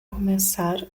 começar